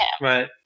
Right